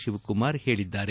ಶಿವಕುಮಾರ್ ಹೇಳಿದ್ದಾರೆ